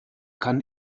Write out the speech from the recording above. kann